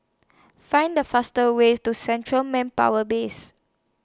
Find The fastest Way to Central Manpower Base